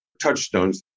touchstones